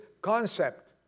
concept